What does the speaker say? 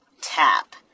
tap